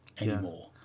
anymore